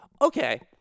Okay